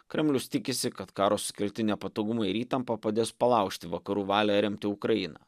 kremlius tikisi kad karo sukelti nepatogumai ir įtampa padės palaužti vakarų valią remti ukrainą